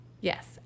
Yes